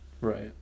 Right